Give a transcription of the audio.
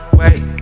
wait